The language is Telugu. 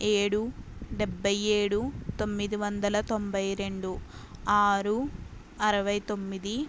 ఏడు డెబ్భైఏడు తొమ్మిదివందల తొంభైరెండు ఆరు అరవైతొమ్మిది